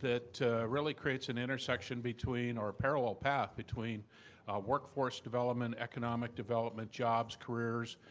that really creates an intersection between or parallel path between workforce development, economic development, jobs, careers,